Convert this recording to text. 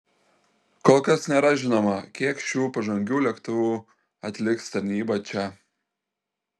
kol kas nėra žinoma kiek šių pažangių lėktuvų atliks tarnybą čia